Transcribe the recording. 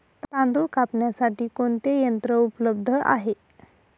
तांदूळ कापण्यासाठी कोणते यंत्र उपलब्ध आहे?